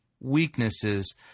weaknesses